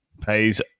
pays